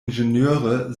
ingenieure